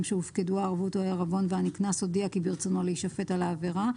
שהופקדו הערבות או העירבון והנקנס הודיע כי ברצונו להישפט על העבירה,